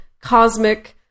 cosmic